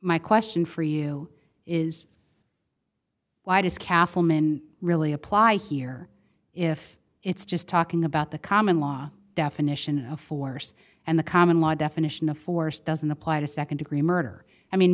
my question for you is why does castleman really apply here if it's just talking about the common law definition of force and the common law definition of force doesn't apply to nd degree murder i mean